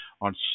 on